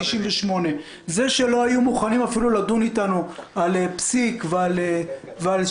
98. זה שלא היו מוכנים אפילו לדון איתנו על פסיק ועל שינויים,